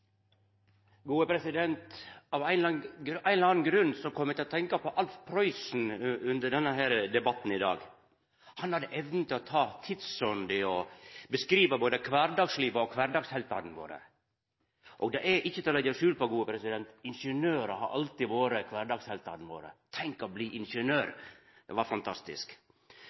Av ein eller annan grunn kom eg til å tenkja på Alf Prøysen under denne debatten i dag. Han hadde evna til å ta tidsånda og beskriva både kvardagslivet og kvardagsheltane våre. Det er ikkje til å leggja skjul på: Ingeniørane har alltid vore kvardagsheltane våre. Tenk å bli ingeniør – det var fantastisk.